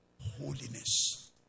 Holiness